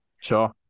Sure